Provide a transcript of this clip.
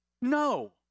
No